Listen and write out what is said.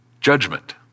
judgment